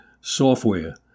software